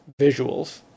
visuals